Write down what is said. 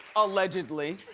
allegedly.